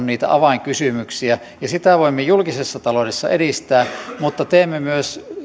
niitä avainkysymyksiä ja sitä voimme julkisessa taloudessa edistää mutta teemme myös